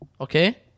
Okay